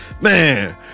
Man